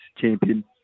champion